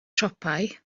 siopau